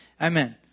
Amen